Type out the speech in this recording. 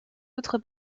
outre